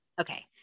Okay